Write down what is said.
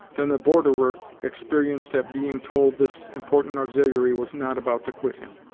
than the borderer experienced at being told this important auxiliary was not about to quit him.